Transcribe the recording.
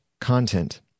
content